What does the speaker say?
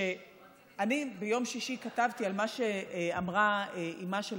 אני ביום שישי כתבתי על מה שאמרה אימה של